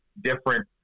different